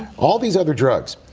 all these other drugs,